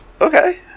okay